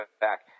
back